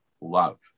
love